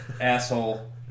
asshole